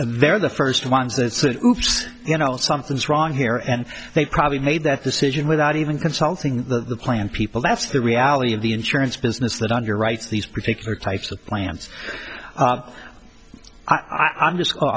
they're the first ones that say you know something's wrong here and they probably made that decision without even consulting the plan people that's the reality of the insurance business that on your rights these particular types of plants i'm just